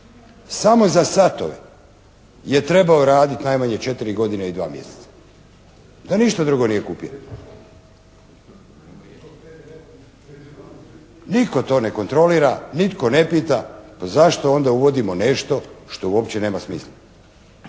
Samo za satove je trebao raditi najmanje četiri godine i 2 mjeseca, da ništa drugo nije kupio. Nitko to ne kontrolira, nitko ne pita, pa zašto onda uvodimo nešto što uopće nema smisla.